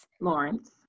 Lawrence